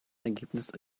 ergebnis